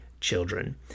children